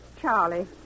Charlie